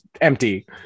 empty